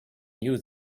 knew